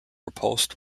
repulsed